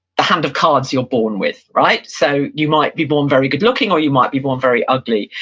the hand of cards you're born with, right? so you might be born very good looking, or you might be born very ugly.